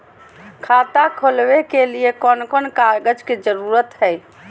खाता खोलवे के लिए कौन कौन कागज के जरूरत है?